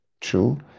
True